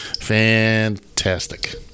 fantastic